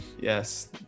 Yes